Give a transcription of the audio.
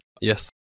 Yes